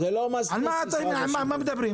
על מה מדברים?